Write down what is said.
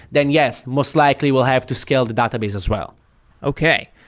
then yes, most likely we'll have to scale the database as well okay.